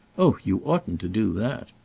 oh you oughtn't to do that!